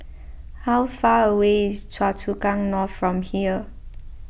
how far away is Choa Chu Kang North from here